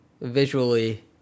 visually